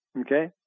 Okay